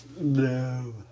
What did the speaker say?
No